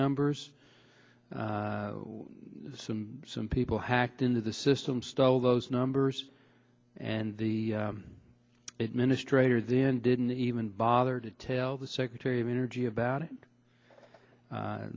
numbers some some people hacked into the system stole those numbers and the administrator then didn't even bother to tell the secretary of energy about it